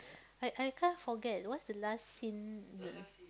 I I can't forget what's the last scene means